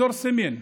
אזור סמן,